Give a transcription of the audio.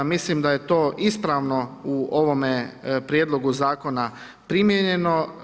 Mislim da je to ispravno u ovome Prijedlogu zakona primijenjeno.